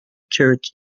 church